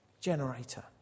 generator